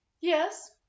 Yes